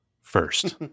first